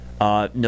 No